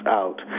out